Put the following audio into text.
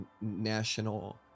national